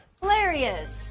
Hilarious